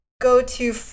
go-to